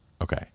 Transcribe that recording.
Okay